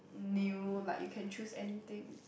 new like you can choose anything